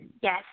Yes